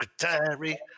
Secretary